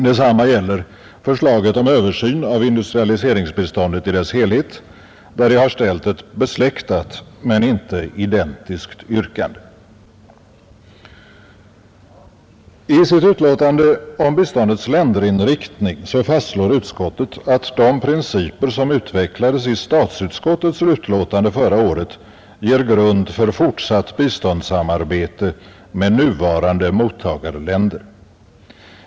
Detsamma gäller förslaget om översyn av industrialiseringsbiståndet i dess helhet, där jag ställt ett besläktat men inte identiskt yrkande. Beträffande biståndets länderinriktning fastslår utskottet att de principer som utvecklades i statsutskottets utlåtande förra året ger grund för fortsatt biståndssamarbete med nuvarande mottagarländer.